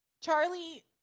Charlie